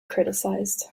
criticised